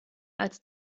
als